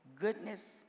goodness